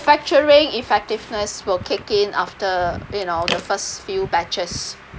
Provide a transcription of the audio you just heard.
manufacturing effectiveness will kick in after you know the first few batches